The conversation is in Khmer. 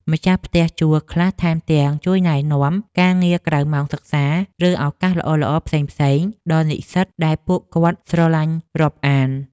ម្ចាស់ផ្ទះជួលខ្លះថែមទាំងជួយណែនាំការងារក្រៅម៉ោងសិក្សា ឬឱកាសល្អៗផ្សេងៗដល់និស្សិតដែលពួកគាត់ស្រឡាញ់រាប់អាន។